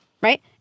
Right